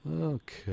Okay